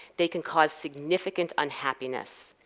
they can cause significant unhappiness.